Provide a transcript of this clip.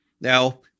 Now